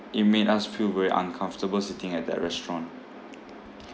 it made us feel very uncomfortable sitting at that restaurant